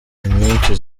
inyinshi